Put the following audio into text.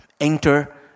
Enter